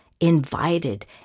invited